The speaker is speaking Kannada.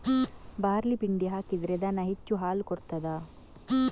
ಬಾರ್ಲಿ ಪಿಂಡಿ ಹಾಕಿದ್ರೆ ದನ ಹೆಚ್ಚು ಹಾಲು ಕೊಡ್ತಾದ?